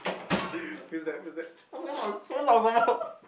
feels like feels like not so loud so loud some more